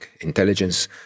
Intelligence